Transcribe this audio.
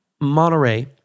Monterey